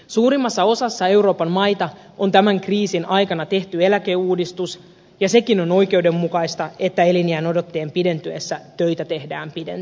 suurimmassa osassa euroopan maita on tämän kriisin aikana tehty eläkeuudistus ja sekin on oikeudenmukaista että eliniän odotteen pidentyessä töitä tehdään pidempään